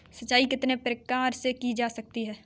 सिंचाई कितने प्रकार से की जा सकती है?